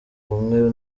bumwe